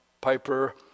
Piper